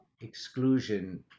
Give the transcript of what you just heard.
exclusion